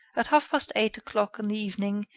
at half-past eight o'clock in the evening,